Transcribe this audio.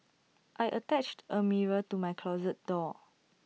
I attached A mirror to my closet door